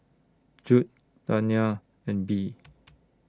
Judd Dayna and Bee